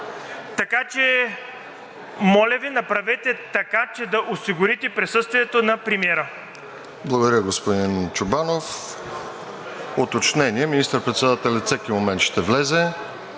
разумното. Моля Ви, направете така, че да осигурите присъствието на премиера.